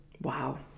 Wow